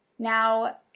Now